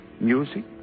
music